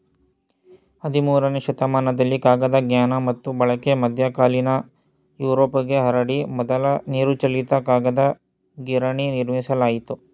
ಹದಿಮೂರನೇ ಶತಮಾನದಲ್ಲಿ ಕಾಗದ ಜ್ಞಾನ ಮತ್ತು ಬಳಕೆ ಮಧ್ಯಕಾಲೀನ ಯುರೋಪ್ಗೆ ಹರಡಿ ಮೊದಲ ನೀರುಚಾಲಿತ ಕಾಗದ ಗಿರಣಿ ನಿರ್ಮಿಸಲಾಯಿತು